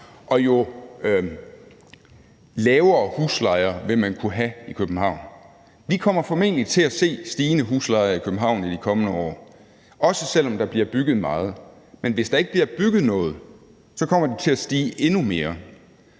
og jo lavere huslejer vil man kunne have i København. Vi kommer formentlig til at se stigende huslejer i København i de kommende år, også selv om der bliver bygget meget. Men hvis der ikke bliver bygget noget, kommer det til at stige endnu mere.